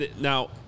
now